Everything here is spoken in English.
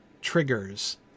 triggers